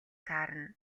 таарна